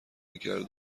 گرد